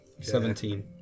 Seventeen